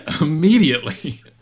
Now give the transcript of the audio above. immediately